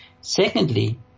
Secondly